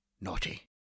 Naughty